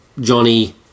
Johnny